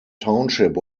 township